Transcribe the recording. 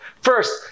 first